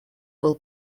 был